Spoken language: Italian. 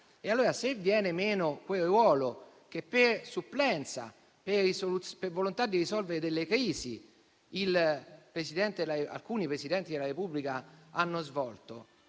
E allora se viene meno quel ruolo che, per supplenza e per volontà di risolvere delle crisi, alcuni Presidenti della Repubblica hanno svolto,